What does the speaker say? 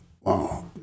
wow